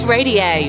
Radio